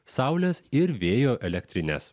saulės ir vėjo elektrines